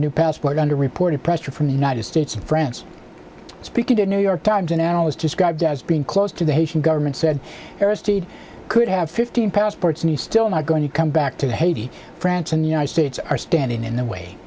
new passport under reported pressure from the united states and france speaking to new york times an analyst described as being close to the haitian government said he'd could have fifteen passports and he's still not going to come back to haiti france and the united states are standing in the way